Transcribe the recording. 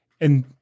And-